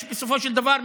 175 בסופו של דבר,